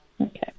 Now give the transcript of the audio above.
Okay